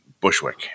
Bushwick